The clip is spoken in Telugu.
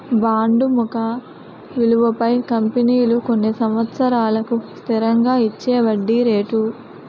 బాండు ముఖ విలువపై కంపెనీలు కొన్ని సంవత్సరాలకు స్థిరంగా ఇచ్చేవడ్డీ రేటు